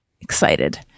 excited